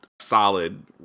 solid